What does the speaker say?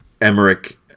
emmerich